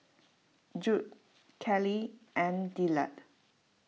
Judd Kiley and Dillard